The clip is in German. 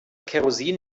kerosin